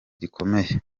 gikomeye